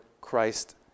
Christ